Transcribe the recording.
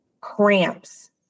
cramps